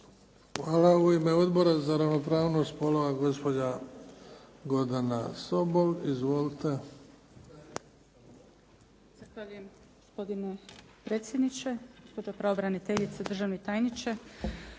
Hvala. U ime Odbora za ravnopravnost spolova gospođa Gordana Sobol. **Sobol,